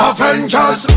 Avengers